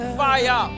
fire